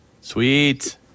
sweet